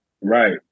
Right